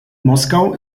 moskau